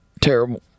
terrible